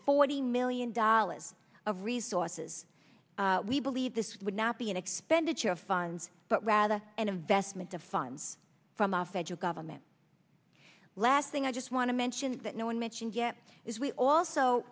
forty million dollars of resources we believe this would not be an expenditure of funds but rather an investment of funds from the federal government last thing i just want to mention that no one mentioned yet is we also